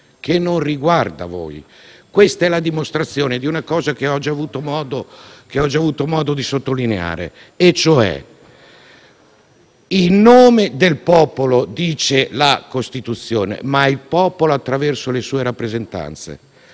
che non riguarda voi. Questa è la dimostrazione di una cosa che ho già avuto modo di sottolineare: «in nome del popolo» dice la Costituzione, ma il popolo attraverso le sue rappresentanze.